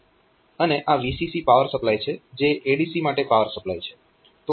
અને આ VCC power supply છે જે ADC માટે પાવર સપ્લાય છે